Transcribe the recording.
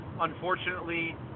Unfortunately